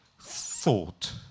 thought